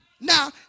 Now